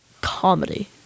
comedy